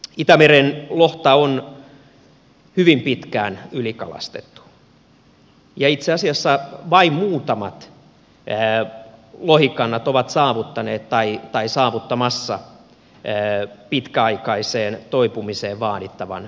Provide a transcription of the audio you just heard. itämeren lohta on hyvin pitkään ylikalastettu ja itse asiassa vain muutamat lohikannat ovat saavuttaneet tai saavuttamassa pitkäaikaiseen toipumiseen vaadittavan minimitason